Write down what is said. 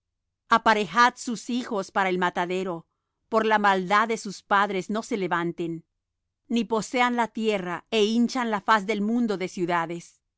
aparejad sus hijos para el matadero por la maldad de sus padres no se levanten ni posean la tierra é hinchan la haz del mundo de ciudades